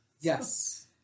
Yes